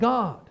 God